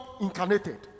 incarnated